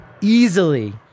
easily